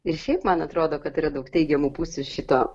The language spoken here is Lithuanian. ir šiaip man atrodo kad yra daug teigiamų pusių šito